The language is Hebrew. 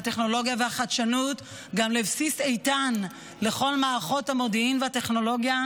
הטכנולוגיה והחדשנות גם לבסיס איתן לכל מערכות המודיעין והטכנולוגיה,